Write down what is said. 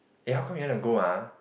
eh how come you want to go ah